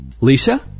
Lisa